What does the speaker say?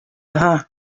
her